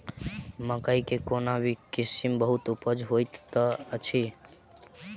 मकई केँ कोण किसिम बहुत उपजाउ होए तऽ अछि?